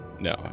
no